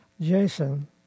Jason